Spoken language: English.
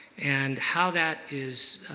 and how that is